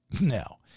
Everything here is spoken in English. no